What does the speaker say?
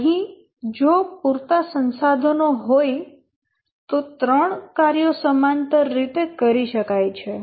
અહીં જો પૂરતા સંસાધનો હોય તો ત્રણ કાર્યો સમાંતર રીતે કરી શકાય છે